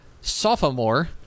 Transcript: sophomore—